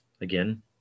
Again